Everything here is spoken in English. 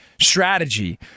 strategy